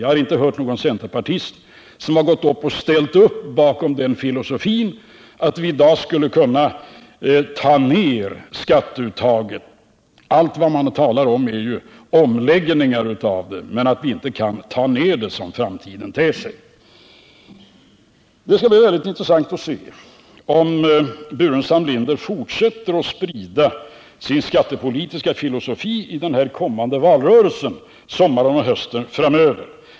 Jag har inte hört att någon centerpartist har ställt upp bakom den filosofin, att vi i dag skulle kunna ta ner skatteuttaget — allt man talar om där är ju omläggningar av det, men inte att man skall minska det — så som framtiden ter sig. Det skall bli intressant att se om herr Burenstam Linder fortsätter att sprida sin skattepolitiska filosofi i den kommande valrörelsen sommaren och hösten framöver.